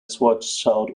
schwarzschild